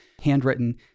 handwritten